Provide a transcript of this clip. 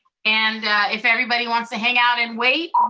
and if everybody wants to hang out and wait,